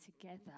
together